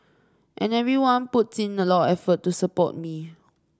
and everyone puts in a lot of effort to support me